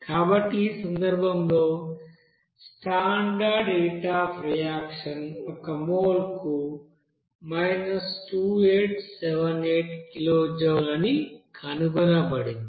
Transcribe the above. కాబట్టి ఆ సందర్భంలో స్టాండర్డ్ హీట్ అఫ్ రియాక్షన్ ఒక మోల్కు 2878 కిలోజౌల్ అని కనుగొనబడింది